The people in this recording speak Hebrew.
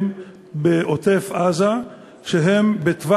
אנחנו נמצאים בשבוע שהביטוי "אפליה וגזענות"